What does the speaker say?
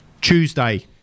Tuesday